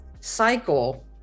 cycle